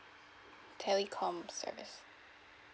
telecom service